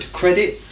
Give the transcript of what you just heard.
credit